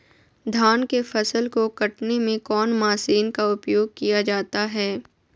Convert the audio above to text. धान के फसल को कटने में कौन माशिन का उपयोग किया जाता है?